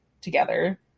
together